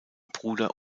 bruder